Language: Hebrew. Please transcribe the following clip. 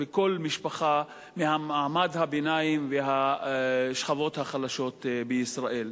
וכל משפחה ממעמד הביניים והשכבות החלשות בישראל.